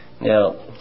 Now